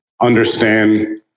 understand